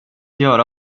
göra